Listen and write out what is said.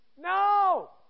No